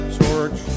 torch